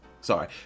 sorry